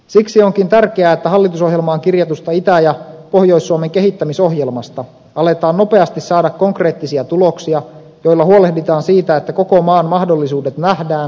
siksi onkin tärkeää että hallitusohjelmaan kirjatusta itä ja pohjois suomen kehittämisohjelmasta aletaan nopeasti saada konkreettisia tuloksia joilla huolehditaan siitä että koko maan mahdollisuudet nähdään ja hyödynnetään